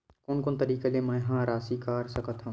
कोन कोन तरीका ले मै ह राशि कर सकथव?